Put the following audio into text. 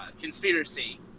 conspiracy